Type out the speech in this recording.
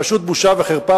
פשוט בושה וחרפה.